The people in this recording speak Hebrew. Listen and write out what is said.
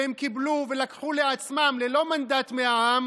שהם קיבלו ולקחו לעצמם ללא מנדט מהעם,